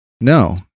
No